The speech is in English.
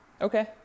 Okay